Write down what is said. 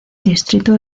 distrito